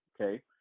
Okay